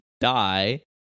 die